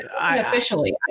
Officially